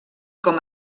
com